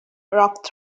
rock